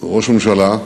ראש ממשלה,